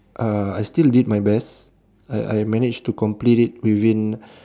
uh I still did my best I I managed to complete it within